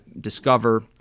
discover